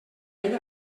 ell